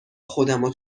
خودمو